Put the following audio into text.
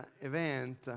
event